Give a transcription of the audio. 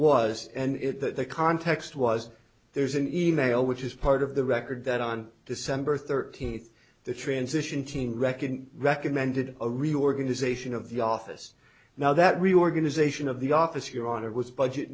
was and it that the context was there's an e mail which is part of the record that on december thirteenth the transition team reckon recommended a reorganization of the office now that reorganization of the office your honor was budget